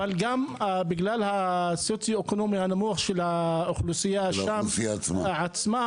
אבל גם בגלל המצב הסוציו-אקונומי הנמוך של האוכלוסייה עצמה,